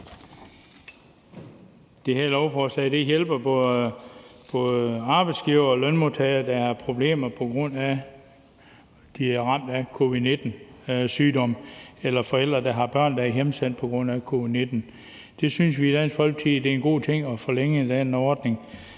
Det her lovforslag hjælper både arbejdsgivere og lønmodtagere, der har problemer, på grund af at de er ramt af covid-19-sygdom, og forældre, der har børn, der er hjemsendt på grund af covid-19. I Dansk Folkeparti synes vi, det er en god ting